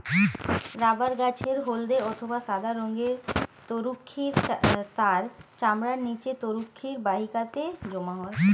rubber গাছের হল্দে অথবা সাদা রঙের তরুক্ষীর তার চামড়ার নিচে তরুক্ষীর বাহিকাতে জমা হয়